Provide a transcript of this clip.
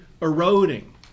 eroding